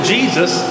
Jesus